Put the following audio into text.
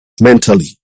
mentally